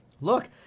look